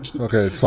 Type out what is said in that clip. Okay